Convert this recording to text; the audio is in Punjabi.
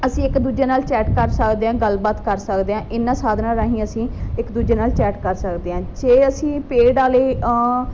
ਅਸੀਂ ਇੱਕ ਦੂਜੇ ਨਾਲ ਚੈਟ ਕਰ ਸਕਦੇ ਹਾਂ ਗੱਲਬਾਤ ਕਰ ਸਕਦੇ ਹਾਂ ਇਹਨਾਂ ਸਾਧਨਾਂ ਰਾਹੀਂ ਅਸੀਂ ਇੱਕ ਦੂਜੇ ਨਾਲ ਚੈਟ ਕਰ ਸਕਦੇ ਹਾਂ ਜੇ ਅਸੀਂ ਪੇਡ ਵਾਲੇ